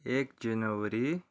एक जनवरी